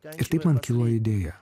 ir taip man kilo idėja